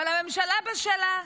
אבל הממשלה בשלה,